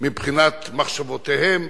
מבחינת מחשבותיהם,